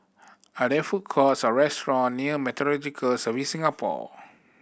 are there food courts or restaurant near Meteorological Services Singapore